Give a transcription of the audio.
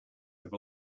have